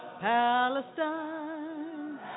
Palestine